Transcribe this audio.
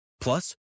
Plus